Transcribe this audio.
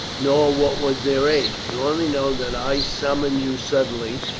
nor what was their age. you only know that i summoned you suddenly,